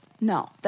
No